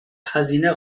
هزینه